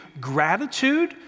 gratitude